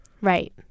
right